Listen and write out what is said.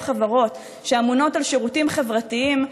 חברות שאמונות על שירותים חברתיים,